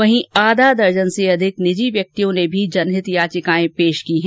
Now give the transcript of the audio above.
वहीं आधा दर्जन से अधिक निजी व्यक्तियों ने भी जनहित याचिकाएं पेश की हैं